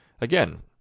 Again